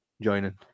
joining